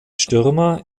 stürmer